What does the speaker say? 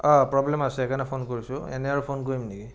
অঁ প্ৰব্লেম আছে সেইকাৰণে ফোন কৰিছোঁ এনেই আৰু ফোন কৰিম নেকি